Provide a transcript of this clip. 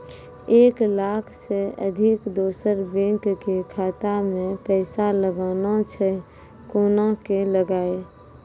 एक लाख से अधिक दोसर बैंक के खाता मे पैसा लगाना छै कोना के लगाए?